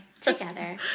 Together